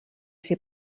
ser